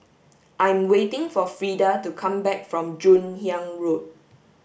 I'm waiting for Freda to come back from Joon Hiang Road